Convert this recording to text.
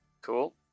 Cool